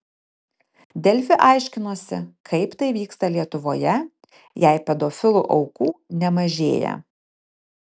delfi aiškinosi kaip tai vyksta lietuvoje jei pedofilų aukų nemažėja